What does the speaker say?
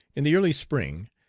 in the early spring,